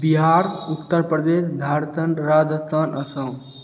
Bihar Uttar Pradesh Jharkhand Rajasthan Assam